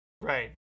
right